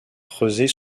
creusées